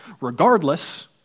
regardless